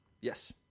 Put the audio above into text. Yes